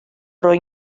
roi